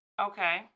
Okay